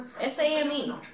S-A-M-E